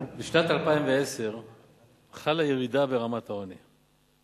בשנת 2010 חלה ירידה ברמת העוני.